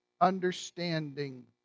understanding